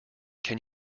can